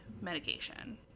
medication